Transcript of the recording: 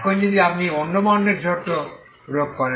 এখন যদি আপনি অন্য বাউন্ডারি শর্ত প্রয়োগ করেন